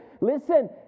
Listen